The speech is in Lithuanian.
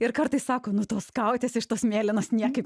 ir kartais sako nu tos skautės iš tos mėlynos niekaip